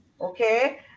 okay